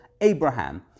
Abraham